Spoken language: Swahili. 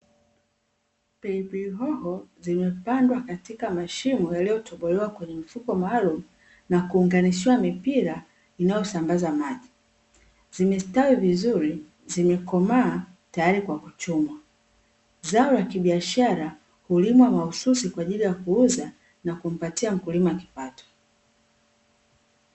Pilipili hoho zimepandwa katika mashimo yaliyotobolewa kwenye mfuko maalumu, na kuunganishiwa mipira inayosambaza maji. Zimesitawi vizuri, zimekomaa tayari kwa kuchumwa. Zao la kibiashara hulimwa mahususi kwa ajili ya kuuza, na kumpatia mkulima kipato.